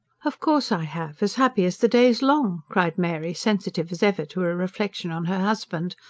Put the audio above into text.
of course i have as happy as the day's long! cried mary, sensitive as ever to a reflection on her husband.